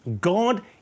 God